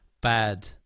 bad